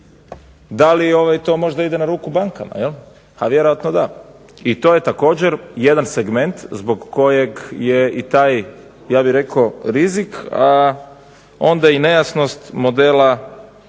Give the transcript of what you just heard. da li to možda ide na ruku bankama jel? Vjerojatno da. i to je također jedan segment zbog kojeg je i taj ja bih rekao rizik a onda i nejasnost modela